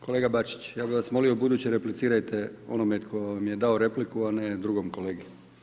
Kolega Bačić, ja bi vas molio ubuduće replicirajte onome tko vam je dao repliku, a ne drugom kolegi.